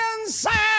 inside